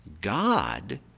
God